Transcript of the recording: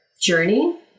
journey